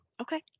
Okay